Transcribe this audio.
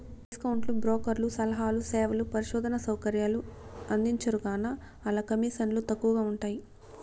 discount బ్రోకర్లు సలహాలు, సేవలు, పరిశోధనా సౌకర్యాలు అందించరుగాన, ఆల్ల కమీసన్లు తక్కవగా ఉంటయ్యి